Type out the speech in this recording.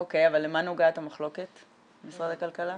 אוקיי, אבל למה נוגעת המחלוקת עם משרד הכלכלה?